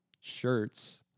shirts